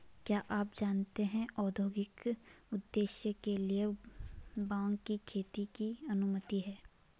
क्या आप जानते है औद्योगिक उद्देश्य के लिए भांग की खेती की अनुमति है?